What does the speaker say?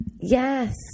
Yes